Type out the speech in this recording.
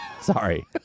Sorry